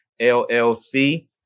LLC